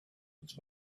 its